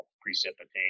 precipitation